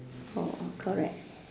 orh orh correct